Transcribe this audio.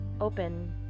open